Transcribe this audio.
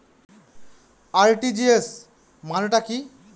RTGS মানে টা কি?